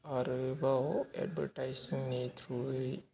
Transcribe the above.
आरोबाव एडभार्टाइज जोंनि थ्रुयै